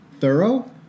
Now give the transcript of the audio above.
thorough